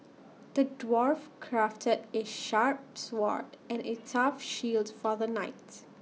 the dwarf crafted A sharp sword and A tough shield for the knights